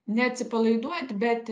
neatsipalaiduoti bet